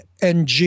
NG